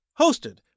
hosted